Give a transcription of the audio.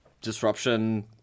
disruption